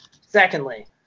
Secondly